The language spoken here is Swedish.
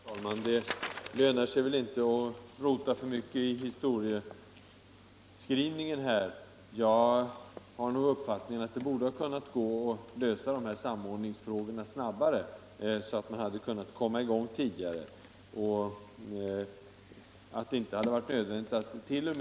Herr talman! Det lönar sig väl inte att rota för mycket i historieskrivningen här. Jag har nog den uppfattningen, att det borde ha kunnat gå att lösa dessa samordningsproblem snabbare, varför arbetena skulle ha kunnat sättas i gång tidigare. Då hade det inte varit nödvändigt att 1.0. m.